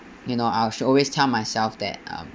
you know I should always tell myself that um